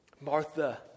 Martha